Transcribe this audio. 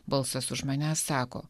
balsas už manęs sako